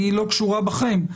היא לא קשורה בכם,